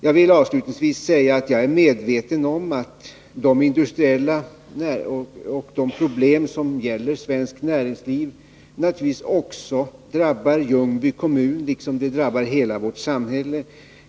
Jag vill avslutningsvis säga att jag är medveten om att de industriella problem som gäller svenskt näringsliv naturligtvis också drabbar Ljungby kommun liksom de drabbar hela vårt samhälle.